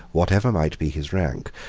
whatever might be his rank,